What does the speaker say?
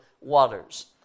waters